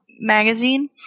Magazine